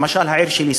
למשל העיר שלי,